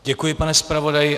Děkuji, pane zpravodaji.